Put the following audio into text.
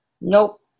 Nope